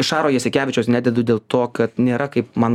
šaro jasikevičiaus nededu dėl to kad nėra kaip man